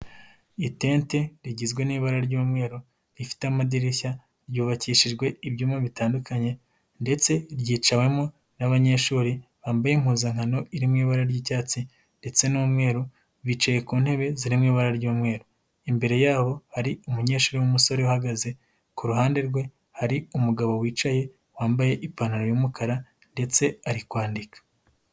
Itete rigizwe n'ibara ry'umweru rifite amadirishya ryubakishijwe ibyumba bitandukanye ndetse ryicawemo n'abanyeshuri bambaye impuzankano iri mu ibara ry'icyatsi ndetse n'umweru, bicaye ku ntebe ziri mu ibara ry'umweru, imbere yabo hari umunyeshuri w'umusore uhagaze, ku ruhande rwe hari umugabo wicaye wambaye ipantaro y'umukara ndetse ari kwandika